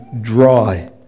dry